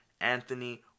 Anthony